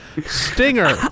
Stinger